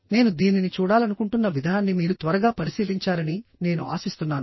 నేను దీనిని చూడాలనుకుంటున్న విధానాన్ని మీరు త్వరగా పరిశీలించారని నేను ఆశిస్తున్నాను